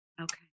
Okay